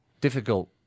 Difficult